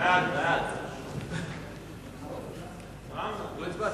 להעביר את הצעת חוק העונשין (תיקון מס' 107)